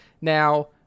now